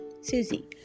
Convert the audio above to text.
Susie